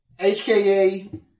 HKA